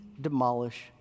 demolish